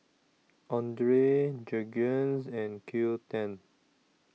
Andre Jergens and Qoo ten